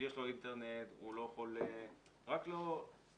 יש לו אינטרנט והוא לא חולה, רק לא בא